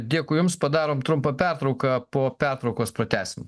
dėkui jums padarom trumpą pertrauką po pertraukos pratęsim